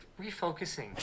refocusing